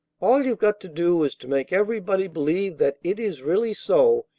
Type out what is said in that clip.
all you've got to do is to make everybody believe that it is really so,